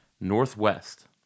northwest